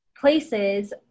places